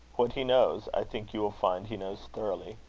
what he knows, i think you will find he knows thoroughly.